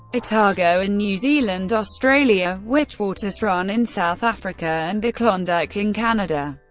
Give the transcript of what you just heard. otago in new zealand, australia, witwatersrand in south africa, and the klondike in canada.